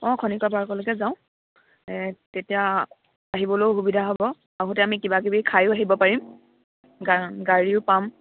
অঁ খনিকৰ পাৰ্কলৈকে যাওঁ তেতিয়া আহিবলৈয়ো সুবিধা হ'ব আহোঁতে আমি কিবা কিবি খায়ো আহিব পাৰিম গা গাড়ীও পাম